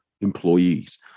employees